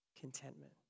contentment